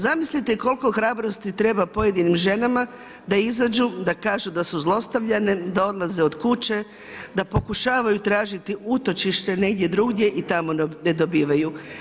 Zamislite koliko hrabrosti treba pojedinim ženama da izađu, da kažu da su zlostavljane, da odlaze od kuće, da pokušavaju tražiti utočište negdje drugdje i tamo ne dobivaju.